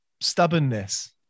stubbornness